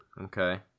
okay